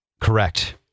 Correct